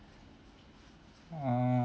oh